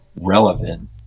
relevant